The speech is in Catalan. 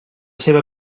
seva